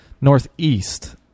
northeast